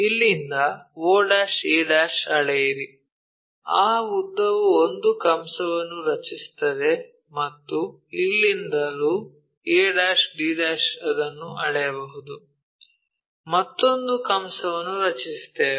ಇಲ್ಲಿಂದ oa' ಅಳೆಯಿರಿ ಆ ಉದ್ದವು ಒಂದು ಕಂಸವನ್ನು ರಚಿಸುತ್ತದೆ ಮತ್ತು ಇಲ್ಲಿಂದಲೂ a'd' ಅದನ್ನು ಅಳೆಯಬಹುದು ಮತ್ತೊಂದು ಕಂಸವನ್ನು ರಚಿಸುತ್ತೇವೆ